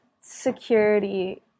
security